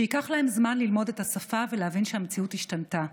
שייקח לו זמן ללמוד את השפה ולהבין שהמציאות השתנתה.